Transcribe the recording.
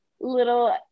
little